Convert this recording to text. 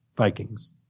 Vikings